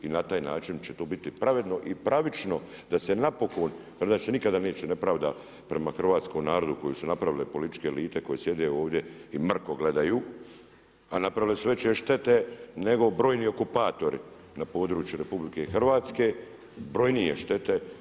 I na taj način će to biti pravedno i pravično da se napokon, jer inače se nikada neće nepravda prema hrvatskom narodu koju su napravile političke elite koje sjede ovdje i mrko gledaju, a napravile su veće štete nego brojni okupatori na području Republike Hrvatske, brojnije štete.